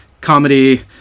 comedy